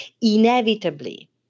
inevitably